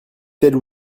telle